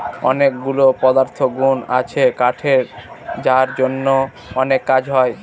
অনেকগুলা পদার্থগুন আছে কাঠের যার জন্য অনেক কাজ হয়